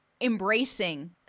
embracing